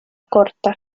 corta